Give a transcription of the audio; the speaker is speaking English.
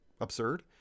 absurd